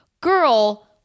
girl